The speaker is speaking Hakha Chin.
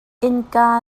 innka